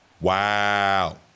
Wow